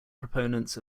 proponents